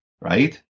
Right